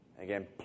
Again